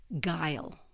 guile